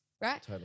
right